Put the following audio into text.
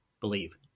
believe